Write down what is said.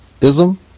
Ism